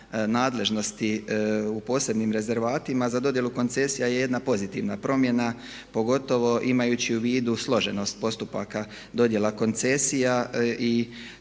nadležnosti u posebnim rezervatima za dodjelu koncesija je jedna pozitivna promjena pogotovo imajući u vidu složenost postupaka dodjela koncesija i